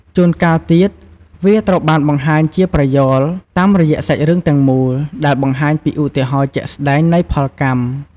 ជួនកាលទៀត វាត្រូវបានបង្ហាញជាប្រយោលតាមរយៈសាច់រឿងទាំងមូល ដែលបង្ហាញពីឧទាហរណ៍ជាក់ស្តែងនៃផលកម្ម។